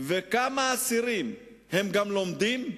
וכמה אסירים גם לומדים?